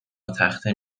تخته